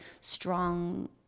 strong